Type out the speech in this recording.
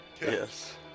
Yes